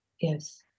yes